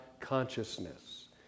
consciousness